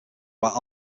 while